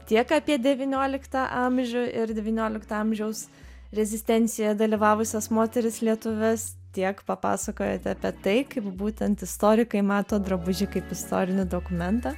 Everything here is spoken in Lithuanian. tiek apie devynioliktą amžių ir devyniolikto amžiaus rezistencijoje dalyvavusias moteris lietuves tiek papasakojote apie tai kaip būtent istorikai mato drabužį kaip istorinį dokumentą